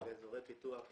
8 שעות של הפסקה,